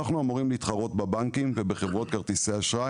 אנחנו אמורים להתחרות בבנקים ובחברות כרטיסי האשראי.